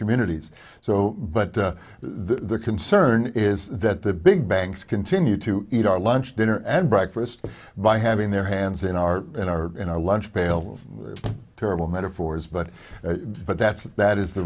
communities so but the concern is that the big banks continue to eat our lunch dinner and breakfast by having their hands in our in our in our lunch pail terrible metaphors but but that's that is the